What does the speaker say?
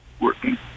working